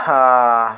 ಹಾಂ